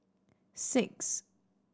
six